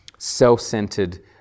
self-centered